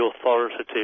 authoritative